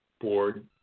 Board